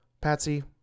Patsy